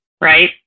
right